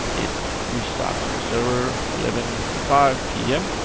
it restarts the summer. eleven fifty five pm,